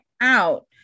out